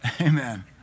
Amen